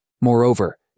Moreover